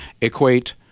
equate